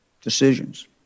decisions